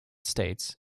states